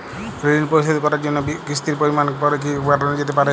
ঋন পরিশোধ করার জন্য কিসতির পরিমান পরে কি বারানো যেতে পারে?